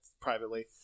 privately